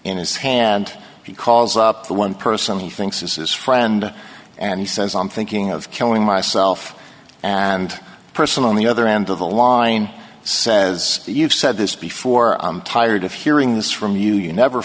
in and he calls up the one person he thinks is his friend and he says i'm thinking of killing myself and a person on the other end of the line says you've said this before tired of hearing this from you you never